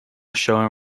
showing